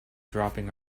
dropping